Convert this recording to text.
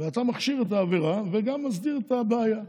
ואתה מכשיר את העבירה וגם מסדיר את הבעיה.